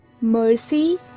Mercy